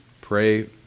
pray